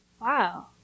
wow